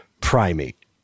primate